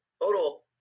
total